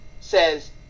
says